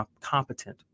competent